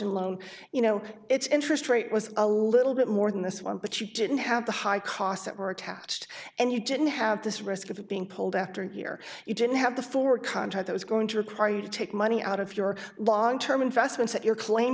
margin loan you know its interest rate was a little bit more than this one but you didn't have the high costs that were attached and you didn't have this risk of being pulled after a year you didn't have the forward contract that was going to require you to take money out of your long term investments that your claim